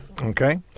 Okay